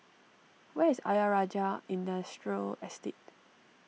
where is Ayer Rajah Industrial Estate